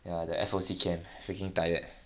ya the F_O_C camp freaking tired